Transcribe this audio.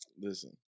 Listen